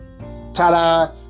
Ta-da